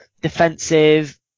defensive